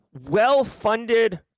well-funded